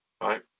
right